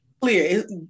clear